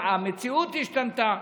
המציאות השתנתה.